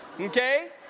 Okay